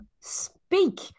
Speak